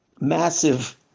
massive